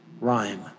rhyme